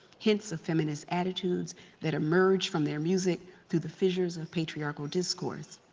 hints of feminist attitudes that emerge from their music through the fissures of patriarchal discourse.